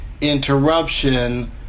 interruption